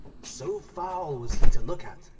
so foul was he to look at,